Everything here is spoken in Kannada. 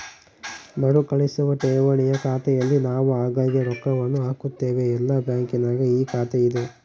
ಮರುಕಳಿಸುವ ಠೇವಣಿಯ ಖಾತೆಯಲ್ಲಿ ನಾವು ಆಗಾಗ್ಗೆ ರೊಕ್ಕವನ್ನು ಹಾಕುತ್ತೇವೆ, ಎಲ್ಲ ಬ್ಯಾಂಕಿನಗ ಈ ಖಾತೆಯಿದೆ